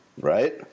Right